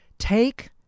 take